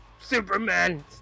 Superman